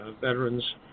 veterans